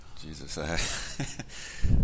Jesus